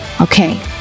Okay